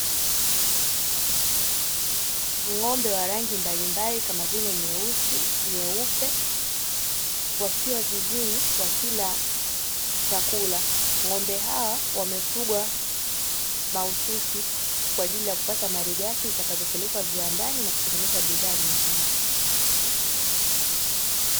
Ng'ombe wa rangi mbalimbali kama vile nyeusi, nyeupe wakiwa zizini wakila chakula. Ng'ombe hawa wamefugwa mahususi kwa ajili ya kupelekwa viwandani kutengeneza malighafi nyingine.